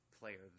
player